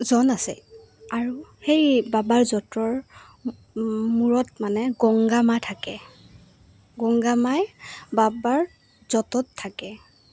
জল আছে আৰু সেই বাবাৰ জটৰ মূৰত মানে গংগা মা থাকে গংগা মায়ে বাবাৰ জোঁটত থাকে